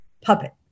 puppet